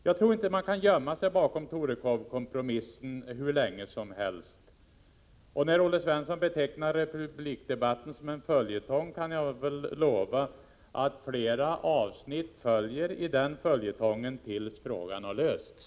Jag tror inte att man kan gömma sig bakom Torekovkompromissen hur länge som helst. När Olle Svensson betecknar republikdebatten som en följetong kan jag lova att flera avsnitt följer tills frågan har lösts.